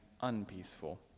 unpeaceful